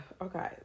Okay